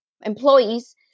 employees